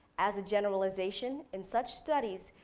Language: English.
as a generalization in such studies,